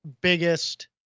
biggest